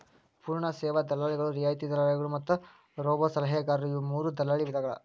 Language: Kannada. ಪೂರ್ಣ ಸೇವಾ ದಲ್ಲಾಳಿಗಳು, ರಿಯಾಯಿತಿ ದಲ್ಲಾಳಿಗಳು ಮತ್ತ ರೋಬೋಸಲಹೆಗಾರರು ಇವು ಮೂರೂ ದಲ್ಲಾಳಿ ವಿಧಗಳ